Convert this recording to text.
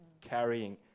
carrying